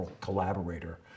collaborator